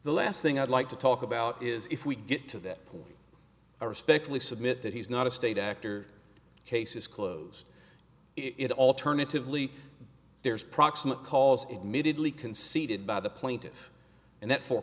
the last thing i'd like to talk about is if we get to that point i respectfully submit that he's not a state actor case is closed it alternatively there's proximate cause admitted lee conceded by the plaintive and that for